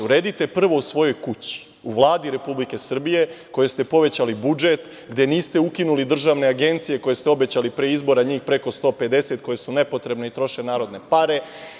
Uredite prvo u svojoj kući, u Vladi Republike Srbije kojoj ste povećali budžet, gde niste ukinuli državne agencije koje ste obećali pre izbora, njih 150 koje su nepotrebne i troše narodne pare.